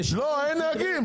אין נהגים.